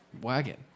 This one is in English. wagon